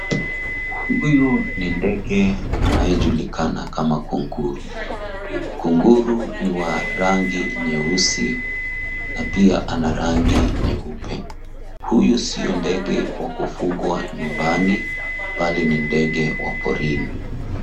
Huyu ni ndege anayejulikana kama kunguru. Kunguru ni wa rangi nyeusi na pia ana rangi nyeupe. Huyu sio ndege wa kufugwa nyumbani, mbali ni ndege wa porini.